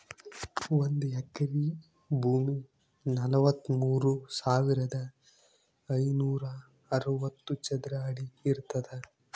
ಒಂದ್ ಎಕರಿ ಭೂಮಿ ನಲವತ್ಮೂರು ಸಾವಿರದ ಐನೂರ ಅರವತ್ತು ಚದರ ಅಡಿ ಇರ್ತದ